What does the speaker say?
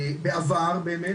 בעבר באמת,